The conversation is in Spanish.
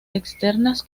externas